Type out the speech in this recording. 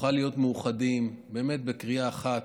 נוכל להיות מאוחדים באמת בקריאה אחת: